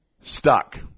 stuck